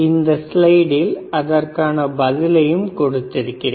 இந்த ஸ்லைடில் அதற்கான பதிலையும் கொடுத்திருக்கிறேன்